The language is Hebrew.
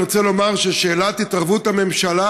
אני רוצה לומר ששאלת התערבות הממשלה